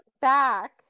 back